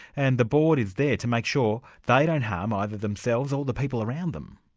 and the board is there to make sure they don't harm either themselves or the people around them.